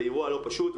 ואירוע לא פשוט,